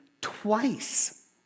twice